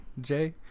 Jay